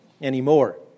anymore